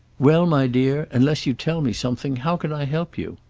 well, my dear, unless you tell me something how can i help you?